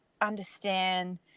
understand